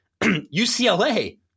UCLA